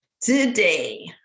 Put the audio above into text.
Today